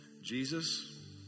Jesus